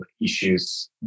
issues